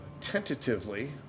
tentatively